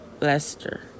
leicester